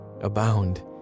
Abound